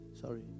sorry